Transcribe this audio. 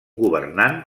governant